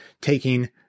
taking